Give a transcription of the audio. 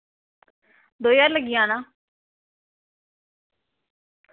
दो ज्हार लग्गी जाना